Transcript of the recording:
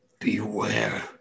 Beware